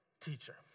teacher